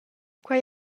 quei